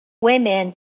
women